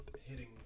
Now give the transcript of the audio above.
hitting